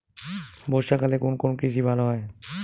বর্ষা কালে কোন কোন কৃষি ভালো হয়?